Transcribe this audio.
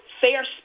fair